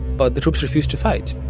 but the troops refused to fight.